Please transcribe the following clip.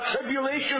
tribulation